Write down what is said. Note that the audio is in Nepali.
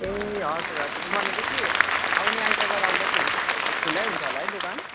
ए हजुर हजुर भनेपछि आउने आइतबार आउँदाखेरि खुल्लै हुन्छ होला है दोकान